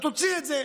אתה תוציא את זה,